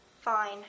Fine